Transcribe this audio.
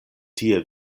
tie